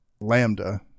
Lambda